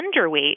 underweight